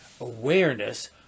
awareness